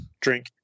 drink